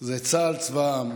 היא שצה"ל צבא העם.